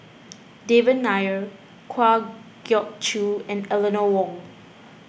Devan Nair Kwa Geok Choo and Eleanor Wong